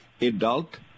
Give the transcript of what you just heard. adult